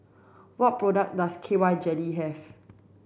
what products does K Y jelly have